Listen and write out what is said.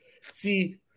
See